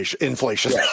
inflation